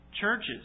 churches